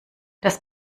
das